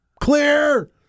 clear